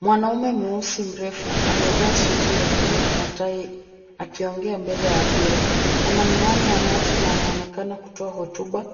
Mwanaume mweusi mrefu amevaa suti ya blue na tai akiongea mbele ya hadhira. Ana miwani ya macho na anaonekana kutoa hotuba